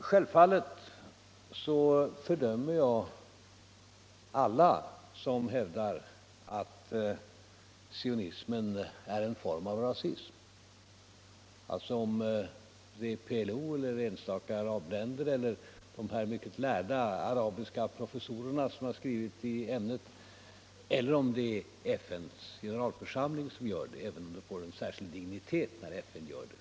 Självfallet fördömer jag alla som hävdar att sionismen är en form av rasism, vare sig det är PLO, enstaka arabländer eller de mycket lärda arabiska professorerna som har skrivit i ämnet, eller om det är FN:s generalförsamling som gör det — även om det ju får en särskild dignitet när FN gör det.